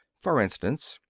for instance,